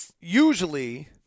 usually